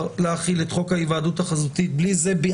להחיל את חוק ההיוועדות החזותית בלי זה.